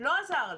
לא עזר לי.